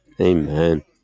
Amen